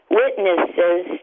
witnesses